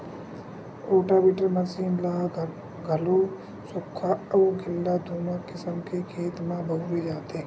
rotavator machine ल घलो सुख्खा अउ गिल्ला दूनो किसम के खेत म बउरे जाथे